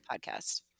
podcast